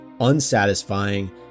unsatisfying